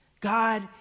God